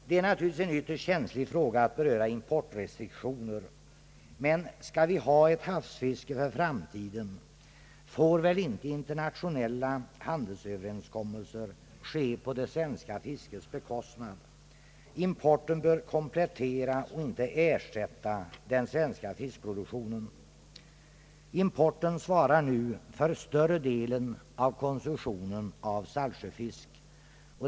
Det är naturligtvis en ytterst känslig fråga att beröra importrestriktioner. Men om vi skall ha ett havsfiske för framtiden, får inte internationella handelsöverenskommelser ske på det svenska fiskets bekostnad. Importen bör komplettera och inte ersätta den svenska fiskproduktionen. Importen svarar nu för största delen av konsumtionen av saltsjöfisk.